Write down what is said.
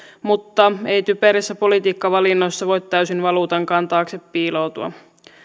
mutta ei typerissä politiikkavalinnoissa voi täysin valuutankaan taakse piiloutua